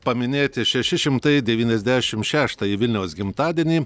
paminėti šeši šimtai devyniasdešim šeštąjį vilniaus gimtadienį